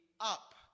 up